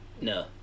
No